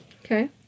Okay